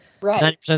Right